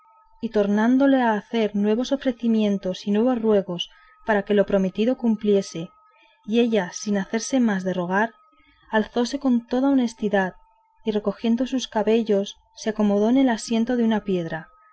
y tornándole a hacer nuevos ofrecimientos y nuevos ruegos para que lo prometido cumpliese ella sin hacerse más de rogar calzándose con toda honestidad y recogiendo sus cabellos se acomodó en el asiento de una piedra